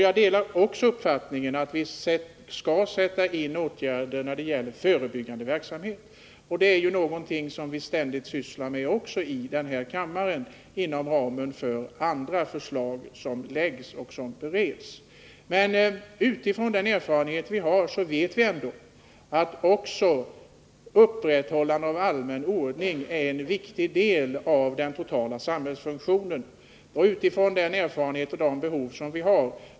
Jag delar också uppfattningen att vi skall sätta in åtgärder för en förebyggande verksamhet. Detta är också något som vi ständigt sysslar med i denna kammare inom ramen för andra förslag som läggs och bereds. Men utifrån den erfarenhet vi har vet vi att också upprätthållandet av den allmänna ordningen är en viktig del i den totala samhällsfunktionen.